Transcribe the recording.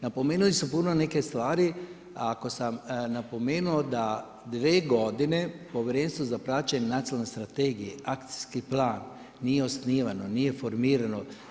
Napomenuli su puno neke stvari, ako sam napomenuo da dvije godine Povjerenstvo za praćenje nacionalne strategije akcijski plan, nije osnivano, nije formirano.